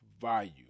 value